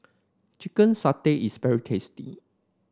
Chicken Satay is very tasty